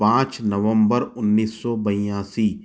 पाँच नवम्बर उन्नीस सौ बयासी